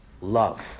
love